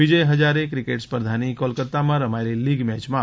વિજય Hazare cricket સ્પર્ધાની કોલકતામાં રમાયેલી લીગ મેચમાં